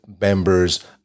members